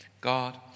God